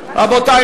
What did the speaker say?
רבותי,